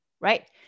right